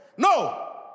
No